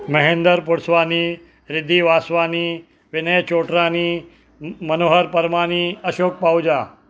Mahendra Purswani Ridhi Vaswani Vinay Chotrani Manohar Parmani Ashok Pahuja